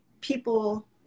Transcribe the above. people